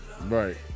Right